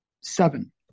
seven